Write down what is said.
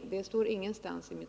Men det står ingenstans, utan